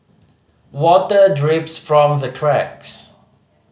water drips from the cracks